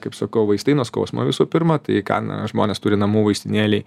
kaip sakau vaistai nuo skausmo visų pirma tai ką žmonės turi namų vaistinėlėj